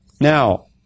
Now